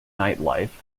nightlife